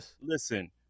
listen